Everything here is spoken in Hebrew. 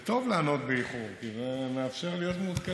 זה טוב לענות באיחור, כי זה מאפשר להיות מעודכנים.